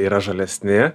yra žalesni